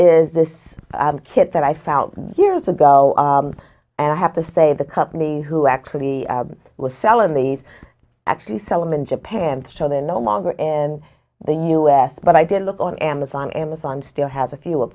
is this kit that i found years ago and i have to say the company who actually was selling these actually sell them in japan so they're no longer in the us but i did look on amazon amazon still has a few of